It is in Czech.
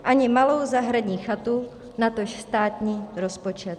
Ani malou zahradní chatu, natož státní rozpočet.